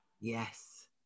Yes